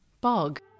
Bog